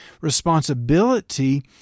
responsibility